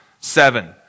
seven